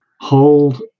hold